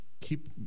keep